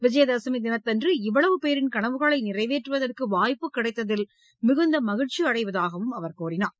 விஜயதசமி தினத்தன்று இவ்வளவு பேரின் கனவுகளை நிறைவேற்றுவதற்கு வாய்ப்பு கிடைத்ததில் மிகுந்த மகிழ்ச்சி அடைவதாக பிரதமர் கூறினார்